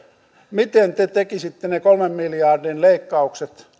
miten te olisitte tehnyt ne kolmen miljardin leikkaukset